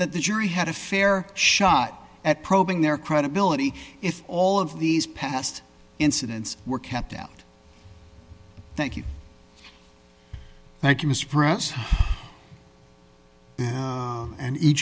that the jury had a fair shot at probing their credibility if all of these past incidents were kept out thank you thank you mr press and each